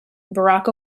barack